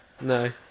No